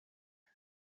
and